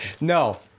No